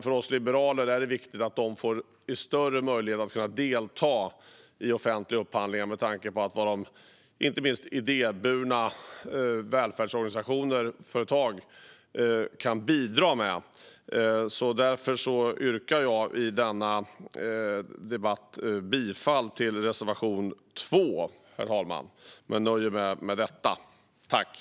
För oss liberaler är det viktigt att de får större möjlighet att delta i offentliga upphandlingar med tanke på vad inte minst idéburna välfärdsföretag kan bidra med. Därför yrkar jag bifall till reservation 2, herr talman.